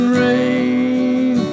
rain